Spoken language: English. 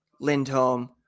Lindholm